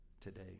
today